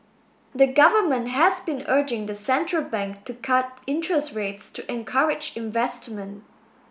the government has been urging the central bank to cut interest rates to encourage investment